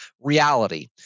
reality